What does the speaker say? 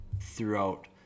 throughout